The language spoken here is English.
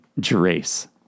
drace